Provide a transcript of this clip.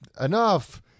enough